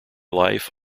life